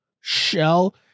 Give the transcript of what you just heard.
Shell